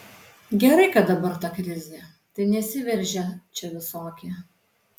gerai kad dabar ta krizė tai nesiveržia čia visokie